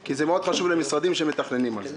כי זה מאוד חשוב למשרדים שמתכננים עליהם.